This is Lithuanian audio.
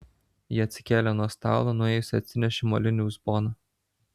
ji atsikėlė nuo stalo nuėjusi atsinešė molinį uzboną